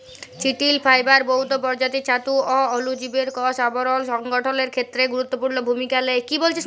চিটিল ফাইবার বহুত পরজাতির ছাতু অ অলুজীবের কষ আবরল সংগঠলের খ্যেত্রে গুরুত্তপুর্ল ভূমিকা লেই